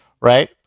right